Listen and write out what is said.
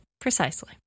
precisely